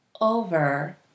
over